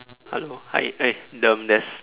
hello hi eh um there's